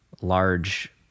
large